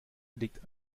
legt